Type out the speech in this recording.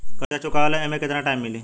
कर्जा चुकावे ला एमे केतना टाइम मिली?